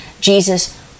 Jesus